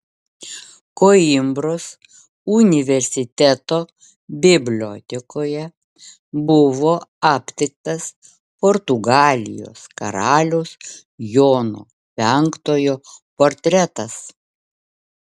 koimbros universiteto bibliotekoje buvo aptiktas portugalijos karaliaus jono penktojo portretas